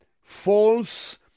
false